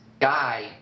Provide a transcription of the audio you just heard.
guy